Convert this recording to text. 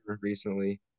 recently